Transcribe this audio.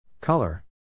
color